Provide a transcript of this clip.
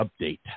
update